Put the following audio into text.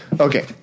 Okay